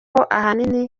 ahanini